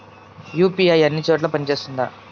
UPI అన్ని చోట్ల పని సేస్తుందా?